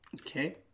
Okay